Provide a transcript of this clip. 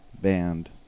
band